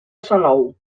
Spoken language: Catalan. salou